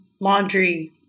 laundry